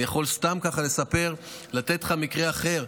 אני יכול סתם ככה לספר ולתת לך מקרה אחר,